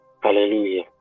Hallelujah